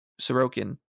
Sorokin